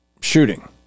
shooting